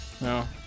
No